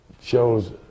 shows